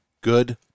Good